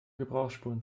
gebrauchsspuren